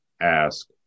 ask